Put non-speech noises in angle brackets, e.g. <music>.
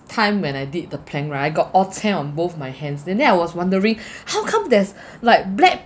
time when I did the plank right I got oh ceng on both my hands and then I was wondering <breath> how come there's <breath> like black